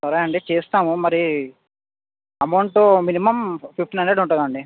సరే అండి చేస్తాము మరి అమౌంట్ మినిమం ఫిఫ్టీన్ హండ్రెడ్ ఉంటుంది అండి